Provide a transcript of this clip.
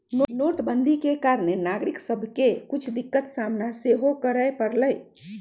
नोटबन्दि के कारणे नागरिक सभके के कुछ दिक्कत सामना सेहो करए परलइ